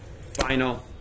final